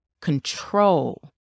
control